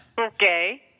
Okay